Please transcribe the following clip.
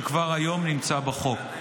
שכבר היום נמצא בחוק.